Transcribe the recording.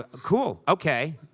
ah cool. okay.